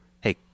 hey